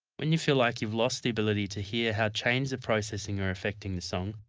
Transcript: when you feel like you've lost the ability to hear how chains of processing are affecting the song,